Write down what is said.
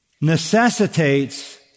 necessitates